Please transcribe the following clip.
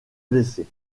blessés